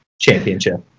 Championship